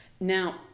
Now